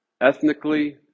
ethnically